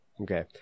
Okay